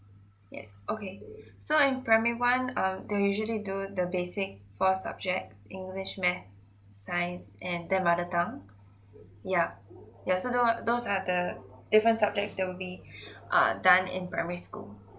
yes okay so in primary one uh they usually the basic four subject english math science and their mother tongue yeah yeah so those are those are the different subjects that will be ah done in primary school